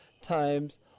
times